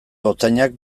gotzainak